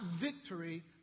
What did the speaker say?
victory